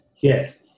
Yes